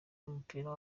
n’umupira